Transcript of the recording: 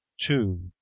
Two